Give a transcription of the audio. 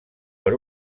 per